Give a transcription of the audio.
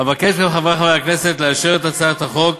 אבקש מחברי חברי הכנסת לאשר את הצעת החוק